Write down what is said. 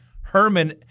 Herman